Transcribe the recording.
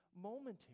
momentary